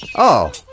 oh.